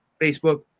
Facebook